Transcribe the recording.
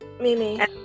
Mimi